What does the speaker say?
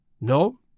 No